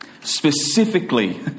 Specifically